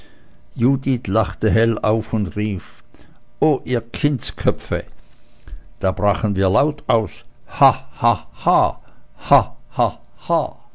judith lachte hell auf und rief o ihr kindsköpfe da brachen wir laut aus